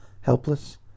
helpless